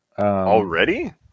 Already